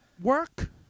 Work